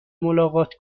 ملاقات